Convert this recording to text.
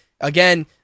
again